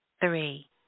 Three